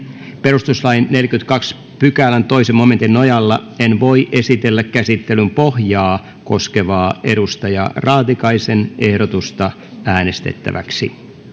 perustuslain neljännenkymmenennentoisen pykälän toisen momentin nojalla en voi esitellä käsittelyn pohjaa koskevaa mika raatikaisen ehdotusta äänestettäväksi